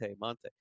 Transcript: monte